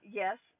yes